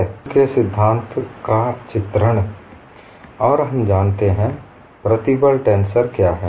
superposition के सिद्धांत का चित्रण और हम जानते हैं प्रतिबल टेन्सर क्या है